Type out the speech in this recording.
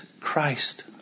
Christ